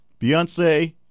Beyonce